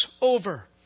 over